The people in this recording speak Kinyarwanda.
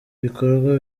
bikorwa